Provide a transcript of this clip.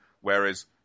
whereas